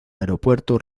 aeropuerto